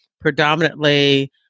predominantly